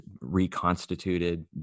reconstituted